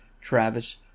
Travis